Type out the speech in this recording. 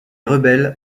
rebelles